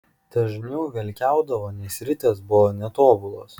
dažniau velkiaudavo nes ritės buvo netobulos